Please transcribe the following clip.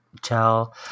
tell